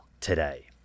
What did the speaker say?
today